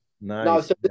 nice